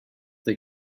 they